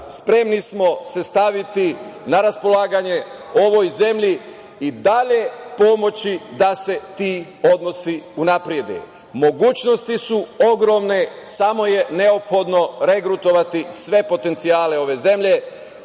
Spremni smo se staviti na raspolaganje ovoj zemlji i dalje pomoći da se ti odnosi unapred. Mogućnosti su ogromne, samo je neophodno regrutovati sve potencijale ove zemlje